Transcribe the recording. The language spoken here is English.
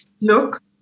look